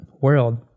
world